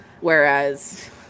Whereas